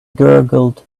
gurgled